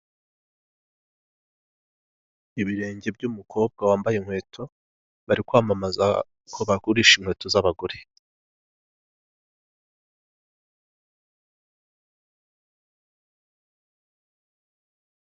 Ibirenge by'umukobwa wambaye inkweto, bari kwamamaza ko bagurisha inkweto z'abagore.